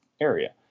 area